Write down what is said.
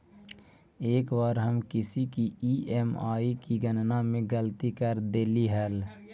एक बार हम किसी की ई.एम.आई की गणना में गलती कर देली हल